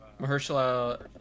Mahershala